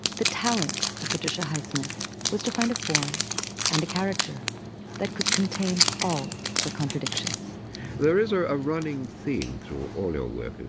the talent ah patricia highsmith was to find a forum and a character that could contain all her contradictions there is a running theme through all your work.